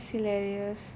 ya this hilarious